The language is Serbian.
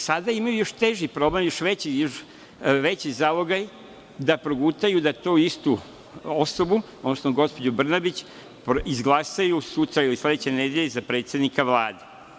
Sada imaju teži problem, još veći zalogaj, da progutaju da tu istu osobu, odnosno gospođu Brnabić izglasaju sutra ili sledeće nedelje za predsednika Vlade.